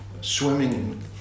swimming